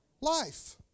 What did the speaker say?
life